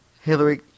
Hillary